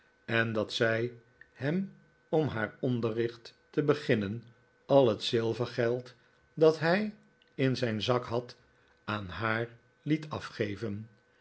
en dat zij hem om haar onderricht te beginnen al het zilvergeld dat hij in zijn david copperfield zak had aan haar liet afgeven